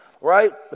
right